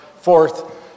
Fourth